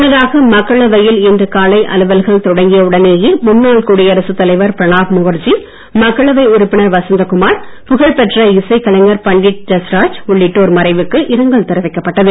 முன்னதாக மக்களவையில் இன்று காலை அலுவல்கள் தொடங்கிய உடனேயே முன்னாள் குடியரசு தலைவர் பிரணாப் முகர்ஜி மக்களவை உறுப்பினர் வசந்தகுமார் புகழ் பெற்ற இசைக் கலைஞர் பண்டிட் ஜஸ்ராஜ் உள்ளிட்டோர் மறைவுக்கு இரங்கல் தெரிவிக்கப்பட்டது